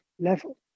level